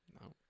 No